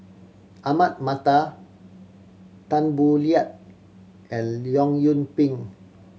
Ahmad Mattar Tan Boo Liat and Leong Yoon Pin